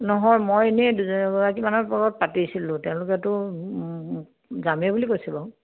নহয় মই এনেই দুগৰাকীমানৰ পাতিছিলোঁ তেওঁলোকেতো যামেই বুলি কৈছে বাৰু